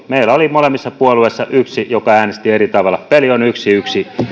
meillä oli molemmissa puolueissa yksi joka äänesti eri tavalla peli on yksi viiva yksi